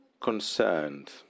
concerned